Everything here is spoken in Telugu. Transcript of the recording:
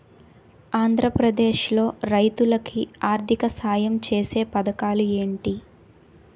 ఆంధ్రప్రదేశ్ లో రైతులు కి ఆర్థిక సాయం ఛేసే పథకాలు ఏంటి?